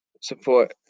support